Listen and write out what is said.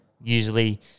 Usually